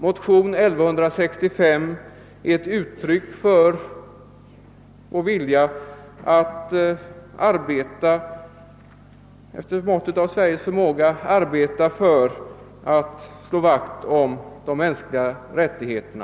Motionen II: 1165 är ett uttryck för vår vilja att efter måttet av Sveriges förmåga arbeta för att slå vakt om de mänskliga rättigheterna.